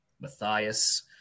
Matthias